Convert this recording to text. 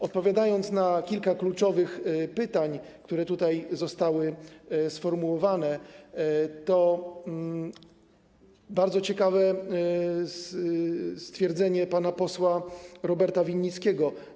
Odpowiadając na kilka kluczowych pytań, które tutaj zostały sformułowane, to bardzo ciekawe jest stwierdzenie pana posła Roberta Winnickiego.